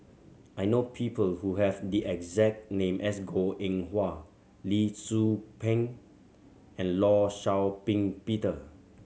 I know people who have the exact name as Goh Eng Wah Lee Tzu Pheng and Law Shau Ping Peter